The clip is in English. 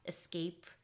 escape